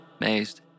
amazed